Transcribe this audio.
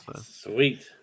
Sweet